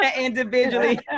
individually